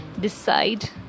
decide